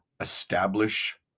establish